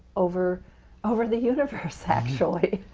over over the universe actually?